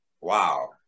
Wow